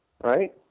Right